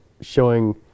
showing